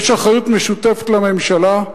יש אחריות משותפת לממשלה,